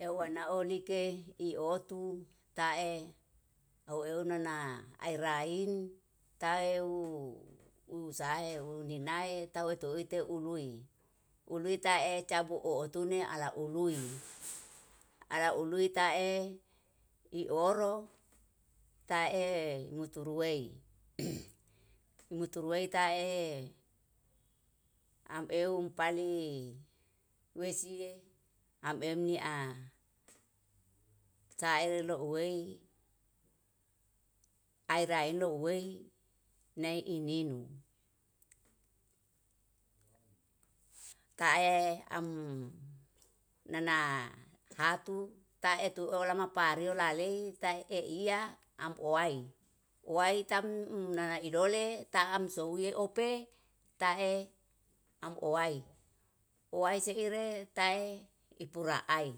Lau anao like iotu tae aueunana aerain taeu usaeu inae tawotuwitu ului, uliu tae cabu ootune ala ului ala uli tae ioro tae uturuei urue tae ameum pali wesie amemia saero loowei aera enu ewei nai inini. Tae am nana hatu taeto olama pareo lalei taeiya amowai, owai tamu nanan idole taam sowie ope tae amowae. Owae seire tae ipura ai,